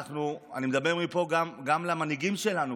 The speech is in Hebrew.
אני מדבר מפה גם למנהיגים שלנו,